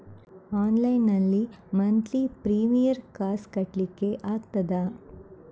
Online ನಲ್ಲಿ monthly premier ಕಾಸ್ ಕಟ್ಲಿಕ್ಕೆ ಆಗ್ತದಾ?